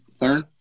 learn